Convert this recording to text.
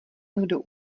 kdo